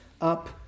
up